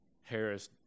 Harris